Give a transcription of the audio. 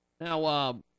Now